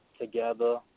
together